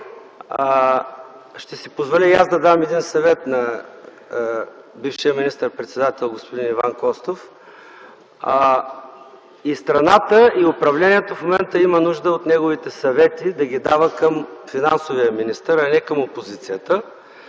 ще си позволя и аз да дам един съвет на бившия министър-председател господин Иван Костов. И страната, и управлението в момента имат нужда от неговите съвети, да ги дава към финансовия министър, а не към опозицията.